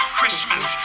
Christmas